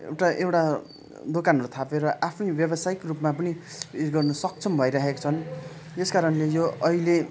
एउटा एउटा दोकानहरू थापेर आफैँ व्यवसायिक रूपमा पनि ऊ यस गर्न सक्षम भइरहेका छन् त्यस कारणले यो अहिले